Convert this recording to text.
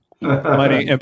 money